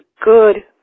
good